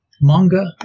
Manga